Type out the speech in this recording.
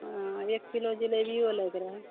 ओ एक किलो जिलेबियो लैके रहए